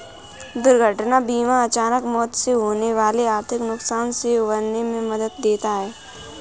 दुर्घटना बीमा अचानक मौत से होने वाले आर्थिक नुकसान से उबरने में मदद देता है